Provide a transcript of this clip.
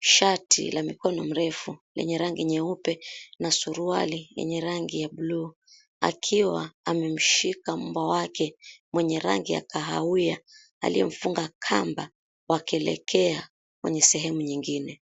shati la mikono mrefu lenye rangi nyeupe, na suruali yenye rangi ya bluu, akiwa amemshika mbwa wake mwenye rangi ya kahawia, aliyemfunga kamba wakielekea kwenye sehemu nyingine.